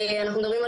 אנחנו מדברים,